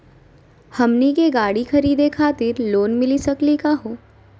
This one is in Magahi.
हमनी के गाड़ी खरीदै खातिर लोन मिली सकली का हो?